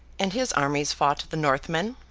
and his armies fought the northmen,